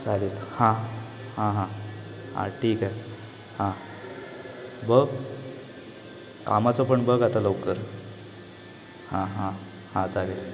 चालेल हां हां हां हां ठीके हां बघ कामाचं पण बघ आता लवकर हां हां हां चालेल